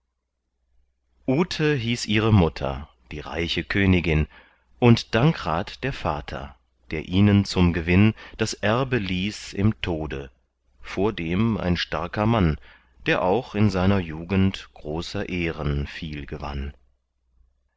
ute hieß ihre mutter die reiche königin und dankrat der vater der ihnen zum gewinn das erbe ließ im tode vordem ein starker mann der auch in seiner jugend großer ehren viel gewann